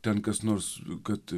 ten kas nors kad